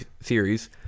series